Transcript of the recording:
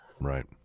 Right